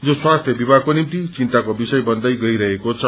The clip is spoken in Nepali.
जो स्वास्थ्य विभागको निम्ति चिन्ताको विषय बन्दै गइरहेको छ